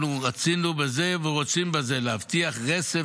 אנחנו רצינו ורוצים להבטיח בזה רצף